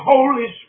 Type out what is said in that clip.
Holy